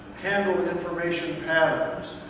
handle information patterns.